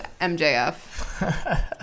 MJF